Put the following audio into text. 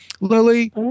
Lily